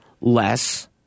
less